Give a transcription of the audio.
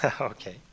Okay